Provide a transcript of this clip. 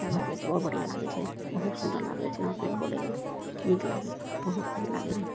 अच्छा लागय छै बहुत बढ़िआँ लागय छै बहुत सुन्दर लागय छै हँसय बोलयमे नीक लागय छै बहुत नीक लागय रहय